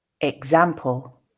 example